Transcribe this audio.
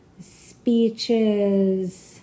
speeches